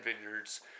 Vineyards